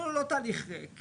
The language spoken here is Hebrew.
אבל הוא תהליך כזה.